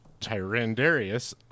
Tyrandarius